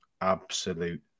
absolute